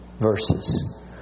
verses